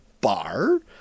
bar